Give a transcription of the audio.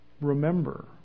remember